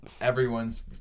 everyone's